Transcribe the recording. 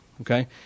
Okay